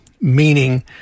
meaning